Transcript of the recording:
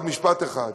עוד משפט אחד.